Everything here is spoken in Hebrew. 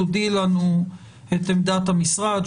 תודיעי לנו את עמדת המשרד,